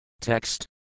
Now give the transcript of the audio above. Text